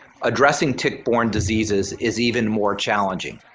addressing tick-borne diseases is even more challenging.